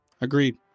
Agreed